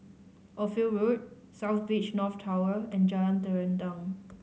Ophir Road South Beach North Tower and Jalan Terentang